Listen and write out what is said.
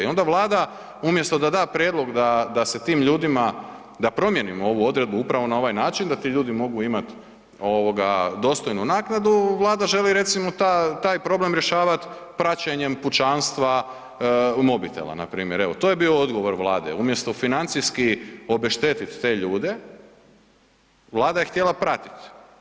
I onda Vlada umjesto da da prijedlog da se tim ljudima, da promijenimo ovu odredbu upravo na ovaj način da ti ljudi mogu imati dostojnu naknadu, Vlada želi recimo taj problem rješavati praćenjem pučanstva i mobitela npr. Evo, to je bio odgovor Vlade umjesto financijski obeštetit te ljude, Vlada je htjela pratit.